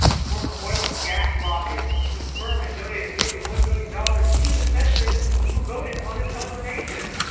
a former oil and gas lobbyist whose firm had donated nearly one million dollars to the senators who voted on his confirmation.